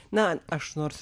na aš nors